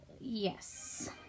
Yes